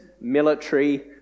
military